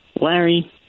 Larry